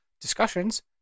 discussions